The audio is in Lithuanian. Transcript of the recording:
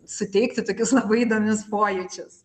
suteikti tokius labai įdomisi pojūčius